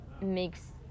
makes